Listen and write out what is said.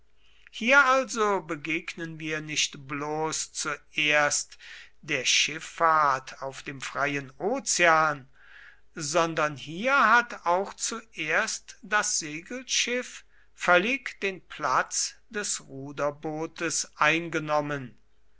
hier also begegnen wir nicht bloß zuerst der schiffahrt auf dem freien ozean sondern hier hat auch zuerst das segelschiff völlig den platz des ruderbootes eingenommen